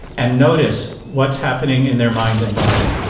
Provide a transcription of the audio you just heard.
and notice what's happening in their mind and body.